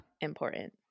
important